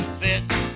fits